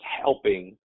helping